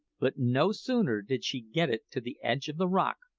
but no sooner did she get it to the edge of the rock,